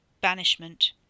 banishment